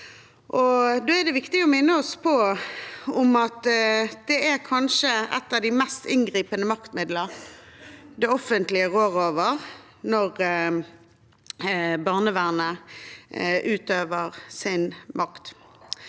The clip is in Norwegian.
er det viktig å minne hverandre på at det kanskje er et av de mest inngripende maktmidler det offentlige rår over, når barnevernet utøver sin makt.